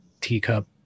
teacup